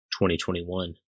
2021